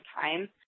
time